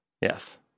Yes